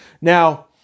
Now